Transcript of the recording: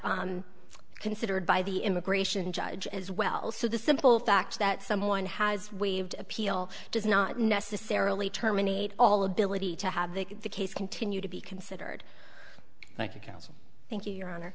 that considered by the immigration judge as well so the simple fact that someone has waived appeal does not necessarily terminate all ability to have the the case continue to be considered thank you counsel thank